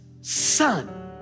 son